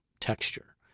texture